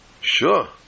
Sure